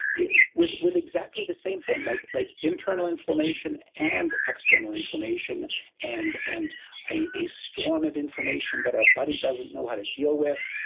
with with exactly the same thing, like like internal inflammation and external inflammation and and a a storm of information that our buddy doesn't know how to deal with,